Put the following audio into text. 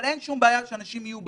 אבל אין שום בעיה שאנשים יהיו בים.